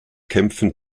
kämpfen